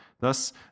Thus